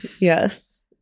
Yes